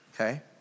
okay